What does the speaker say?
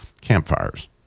campfires